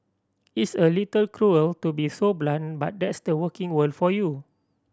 it's a little cruel to be so blunt but that's the working world for you